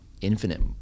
infinite